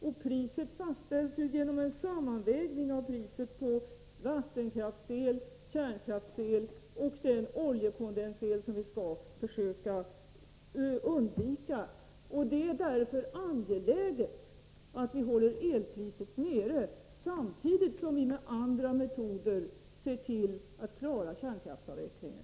Och priset fastställs ju genom en sammanvägning av priset på vattenkraftsel, kärnkraftsel och den oljekondensel som vi skall försöka undvika. Det är därför angeläget att vi håller elpriset nere, samtidigt som vi med andra metoder ser till att klara kärnkraftsavvecklingen.